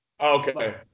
okay